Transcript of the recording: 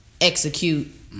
Execute